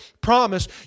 promise